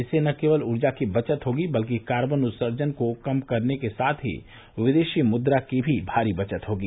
इससे न केवल ऊर्जा की बचत होगी बल्कि कार्बन उत्सर्जन को कम करने के साथ विदेश मुद्रा की भी भारी बचत होगी